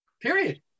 period